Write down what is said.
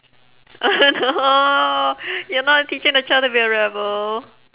oh you're not teaching the child to be a rebel